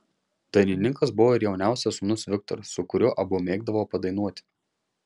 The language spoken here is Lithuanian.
dainininkas buvo ir jauniausias sūnus viktoras su kuriuo abu mėgdavo padainuoti